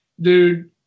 dude